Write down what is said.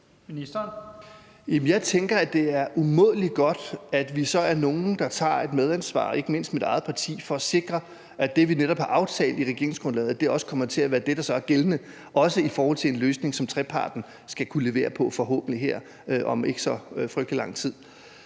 Jeg tænker, at det er umådelig godt, at vi så er nogle, der tager et medansvar, ikke mindst mit eget parti, for at sikre, at det, vi netop har aftalt i regeringsgrundlaget, også kommer til at være det, der så er gældende, også i forhold til en løsning, som treparten skal kunne levere på om forhåbentlig ikke så frygtelig lang tid.